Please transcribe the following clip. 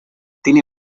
tiene